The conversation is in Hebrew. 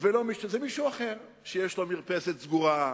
זה מישהו אחר שיש לו מרפסת סגורה,